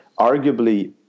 arguably